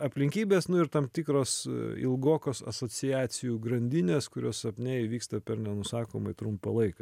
aplinkybės nu ir tam tikros ilgokos asociacijų grandinės kurios sapne įvyksta per nenusakomai trumpą laiką